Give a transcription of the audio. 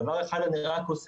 דבר אחד רק אוסיף,